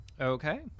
Okay